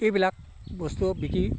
এইবিলাক বস্তু বিক্ৰী